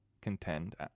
contend